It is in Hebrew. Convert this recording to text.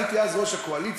הייתי אז ראש הקואליציה,